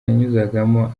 yanyuzagamo